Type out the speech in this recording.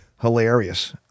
hilarious